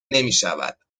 نمیشود